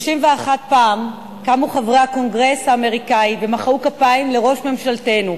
31 פעם קמו חברי הקונגרס האמריקני ומחאו כפיים לראש ממשלתנו,